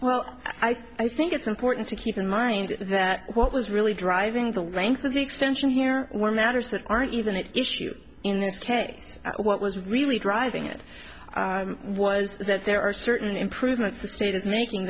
well i think it's important to keep in mind that what was really driving the length of the extension here were matters that aren't even an issue in this case what was really driving it was that there are certain improvements the state is making